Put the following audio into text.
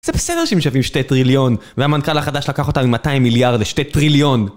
זה בסדר שהם שווים שתי טריליון, והמנכ"ל החדש לקח אותה מ-200 מיליארד לשתי טריליון!